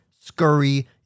Scurry